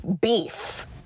beef